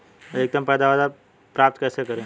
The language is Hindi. अधिकतम पैदावार प्राप्त कैसे करें?